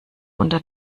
unter